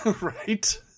Right